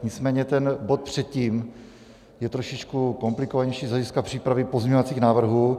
Nicméně ten bod předtím je trošičku komplikovanější z hlediska přípravy pozměňovacích návrhů.